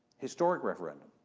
historic referendum